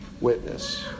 witness